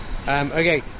Okay